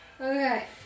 Okay